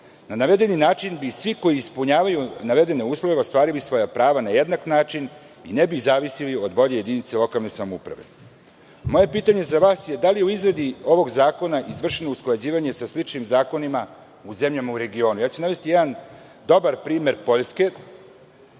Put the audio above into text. Na navedeni način bi svi koji ispunjavaju navedene uslove ostvarili svoja prava na jednak način i ne bi zavisili od volje jedinice lokalne samouprave. Moje pitanje za vas je da li je u izradi ovog zakona izvršeno usklađivanje sa sličnim zakonima u zemljama u regionu? Navešću jedan dobar primer Poljske